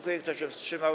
Kto się wstrzymał?